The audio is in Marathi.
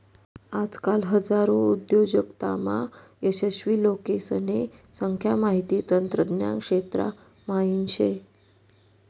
आजकाल हजारो उद्योजकतामा यशस्वी लोकेसने संख्या माहिती तंत्रज्ञान क्षेत्रा म्हाईन शे